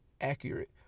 accurate